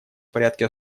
порядке